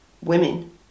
women